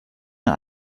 man